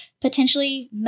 potentially